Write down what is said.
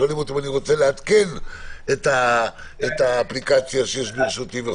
שואלים אותי אם אני רוצה לעדכן את האפליקציה שיש ברשותי.